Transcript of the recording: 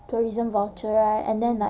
tourism voucher right and then like